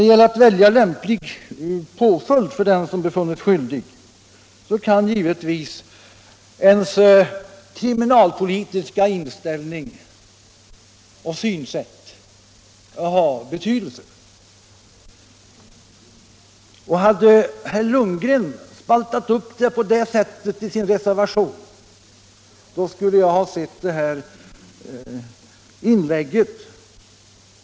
I valet av lämplig påföljd för den som befunnits skyldig kan givetvis nämndemannens kriminalpolitiska inställning och synsätt ha betydelse. Hade herr Lundgren spaltat upp problemet på det sättet i sin reservation, hade resultatet blivit ett helt annat.